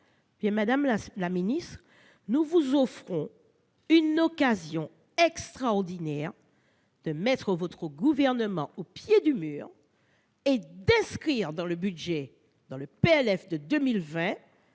Madame la ministre, nous vous offrons une occasion extraordinaire de mettre votre gouvernement au pied du mur et d'inscrire dans le projet de loi de